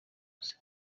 bose